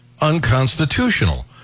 unconstitutional